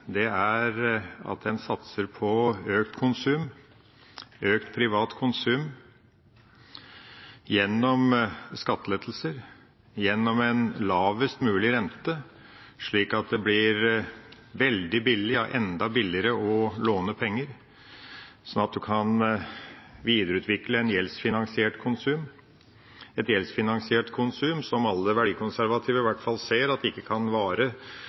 er at den satser på økt privat konsum gjennom skattelettelser, gjennom en lavest mulig rente, sånn at det blir veldig billig – ja, enda billigere – å låne penger, sånn at en kan videreutvikle et gjeldsfinansiert konsum, et gjeldsfinansiert konsum som i hvert fall alle verdikonservative ser ikke kan vare